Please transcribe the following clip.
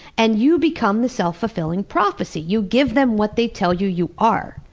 and you become the self-fulfilling prophecy. you give them what they tell you you are.